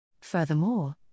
Furthermore